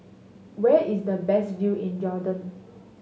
where is the best view in Jordan